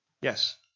Yes